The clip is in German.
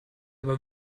aber